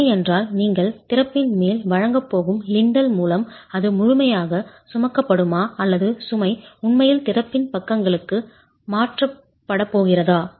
சுமை என்றால் நீங்கள் திறப்பின் மேல் வழங்கப் போகும் லிண்டல் மூலம் அது முழுமையாகச் சுமக்கப்படுமா அல்லது சுமை உண்மையில் திறப்பின் பக்கங்களுக்கு மாற்றப்படப் போகிறதா